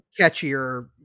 catchier